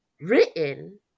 written